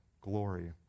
glory